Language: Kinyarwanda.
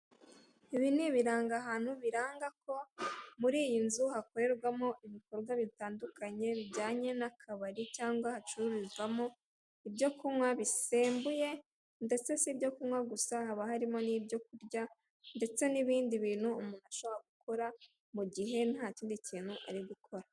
Ibi ni ibirangahantu biranga ko muri iyi nzu hakorerwamo ibikorwa bitandukanye bijyanye n'akabari cyangwa hacururizwamo ibyo kunywa bisembuye, ndetse si ibyo kunywa gusa, haba harimo n'ibyo kurya, ndetse n'ibindi bintu umuntu ashobora gukora mu gihe nta kindi kintu ari gukora.